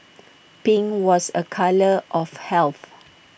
pink was A colour of helpful